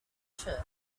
church